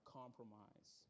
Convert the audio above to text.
compromise